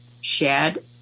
Shad